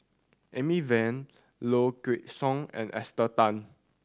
Amy Van Low Kway Song and Esther Tan